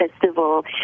Festival